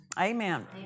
Amen